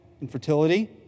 infertility